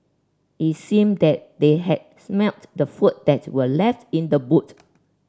it seemed that they had smelt the food that were left in the boot